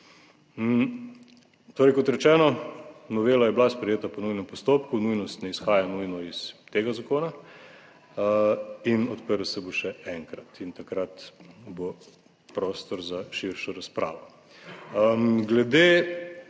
kot rečeno, novela je bila sprejeta po nujnem postopku, nujnost ne izhaja nujno iz tega zakona in odprl se bo še enkrat in takrat bo prostor za širšo razpravo.